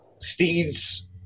Steed's